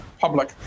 public